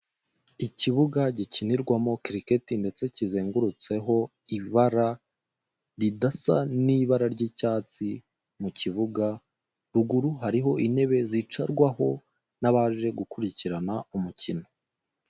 Ikibuga gikinirwamo Kiriketi ndetse kizengurutseho ibara ridasa n'ibara ry'icyatsi mu kibuga, ruguru hariho intebe zicarwaho n'abaje gukurikirana umukino.